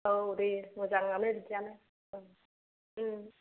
औ दे मोजांआनो बिदियानो ओं उम